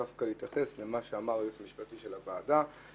דווקא להתייחס למה שאמר היועץ המשפטי של הוועדה,